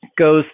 goes